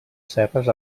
serres